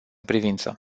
privință